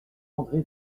andré